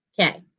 Okay